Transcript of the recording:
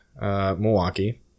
Milwaukee